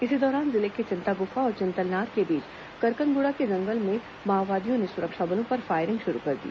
इसी दौरान जिले के चिंतागुफा और चिंतलनार के बीच करकनगुड़ा के जंगल में माओवादियों ने सुरक्षा बलों पर फायरिंग शुरू कर दी